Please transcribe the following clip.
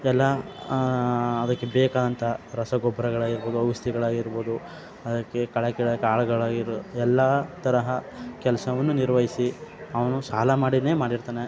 ಎಲ್ಲಾ ಅದಕ್ಕೆ ಬೇಕಾದಂಥ ರಸಗೊಬ್ಬರಗಳಾಗಿರ್ಬೋದು ಔಷ್ಧಿಗಳಾಗಿರ್ಬೋದು ಅದಕ್ಕೆ ಕಳೆ ಕೀಳಕ್ಕೆ ಆಳುಗಳಾಗಿರ ಎಲ್ಲ ತರಹ ಕೆಲಸವನ್ನು ನಿರ್ವಹಿಸಿ ಅವನು ಸಾಲ ಮಾಡಿನೇ ಮಾಡಿರ್ತಾನೆ